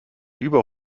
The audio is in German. über